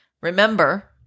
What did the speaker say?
Remember